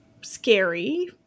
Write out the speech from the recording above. scary